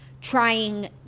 trying